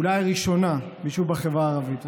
אולי ראשונה ביישוב בחברה הערבית.